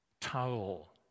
towel